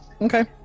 Okay